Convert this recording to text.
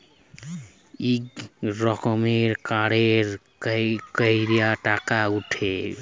ইক রকমের কাড়ে ক্যইরে টাকা উঠে